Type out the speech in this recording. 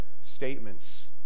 statements